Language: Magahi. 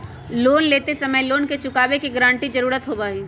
लोन लेते समय लोन चुकावे के गारंटी के जरुरत होबा हई